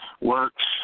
works